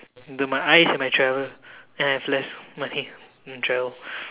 they're my eyes when I travel then I have less money when I travel